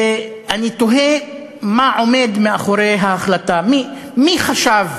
ואני תוהה מה עומד מאחורי ההחלטה, מי חשב